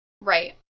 Right